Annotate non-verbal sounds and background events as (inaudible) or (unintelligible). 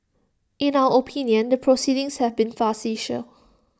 in our opinion the proceedings have been (unintelligible)